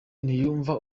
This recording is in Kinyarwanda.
ntiyumva